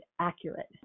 accurate